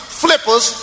flippers